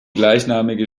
gleichnamige